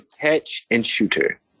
catch-and-shooter